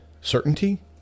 certainty